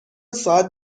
ساعت